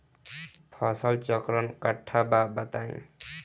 फसल चक्रण कट्ठा बा बताई?